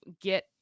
get